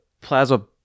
plasma